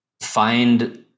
find